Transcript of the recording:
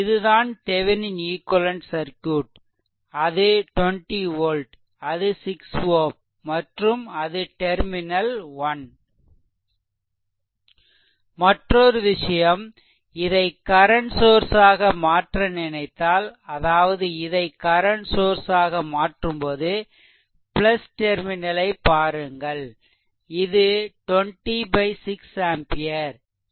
இதுதான் Thevenin equivalent circuit அது 20 volt அது 6 Ω மற்றும் அது டெர்மினல் 1 மற்றொரு விஷயம் இதை கரன்ட் சோர்ஸ் ஆக மாற்ற நினைத்தால் அதாவது இதை கரன்ட் சோர்ஸ் ஆக மாற்றும்போது டெர்மினல் ஐ பாருங்கள் இது 20 6 ampere